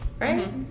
Right